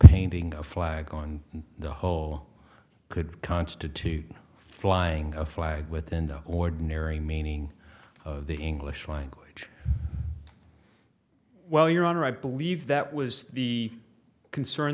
painting a flag on the whole could constitute flying a flag within the ordinary meaning of the english language well your honor i believe that was the concern